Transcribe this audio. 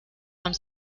haben